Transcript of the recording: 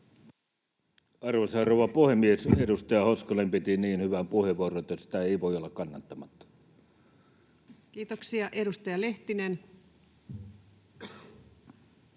Arvoisa rouva puhemies! Edustaja Hoskonen piti niin hyvän puheenvuoron, että sitä ei voi olla kannattamatta. [Speech 193] Speaker: